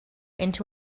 into